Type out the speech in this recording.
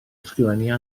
ysgrifennu